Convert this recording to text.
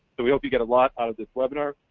but we hope you get a lot out of this webinar,